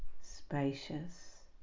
spacious